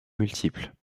multiples